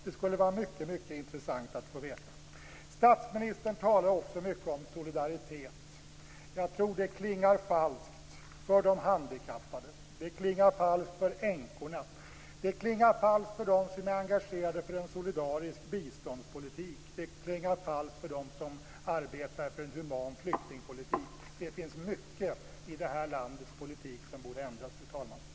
Det skulle vara mycket intressant att få veta. Statsministern talar också mycket om solidaritet. Jag tror att det klingar falskt för de handikappade. Det klingar falskt för änkorna. Det klingar falskt för dem som är engagerade för en solidarisk biståndspolitik och för dem som arbetar för en human flyktingpolitik. Fru talman! Det finns mycket i det här landets politik som borde ändras.